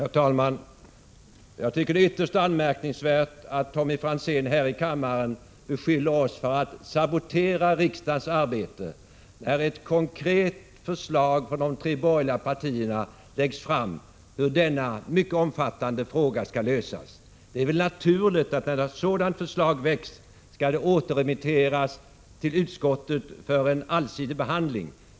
Herr talman! Jag tycker att det är ytterst anmärkningsvärt att Tomm KOSS Or Orsa 8 ty y ge YR Franzén här i kammaren beskyller oss för att sabotera riksdagens arbete, när ringsbolässm; ms ett konkret förslag från de tre borgerliga partierna läggs fram hur denna mycket omfattande fråga skall lösas. Det är väl naturligt att när ett sådant förslag väcks, skall det återremitteras till utskottet för en allsidig behandling.